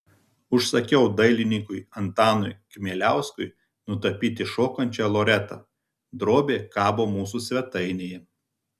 užsakiau dailininkui antanui kmieliauskui nutapyti šokančią loretą drobė kabo mūsų svetainėje